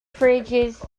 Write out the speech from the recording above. fridges